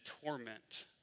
torment